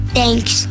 Thanks